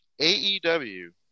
AEW